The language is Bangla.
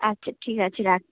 আচ্ছা ঠিক আছে রাখছি